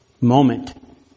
moment